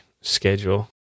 schedule